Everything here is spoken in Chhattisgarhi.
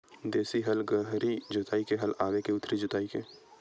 देशी हल गहरी जोताई के हल आवे के उथली जोताई के?